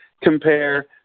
compare